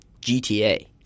GTA